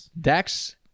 Dax